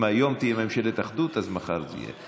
אם היום תהיה ממשלת אחדות, אז מחר זה יהיה.